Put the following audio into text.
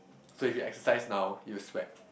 so if you exercise now you will sweat